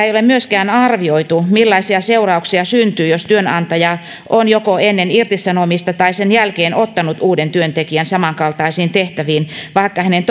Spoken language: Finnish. ei ole myöskään arvioitu millaisia seurauksia syntyy jos työnantaja on joko ennen irtisanomista tai sen jälkeen ottanut uuden työntekijän samankaltaisiin tehtäviin vaikka hänen